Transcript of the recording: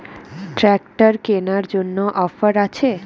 Tractor কেনার জন্য offer আছে?